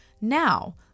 Now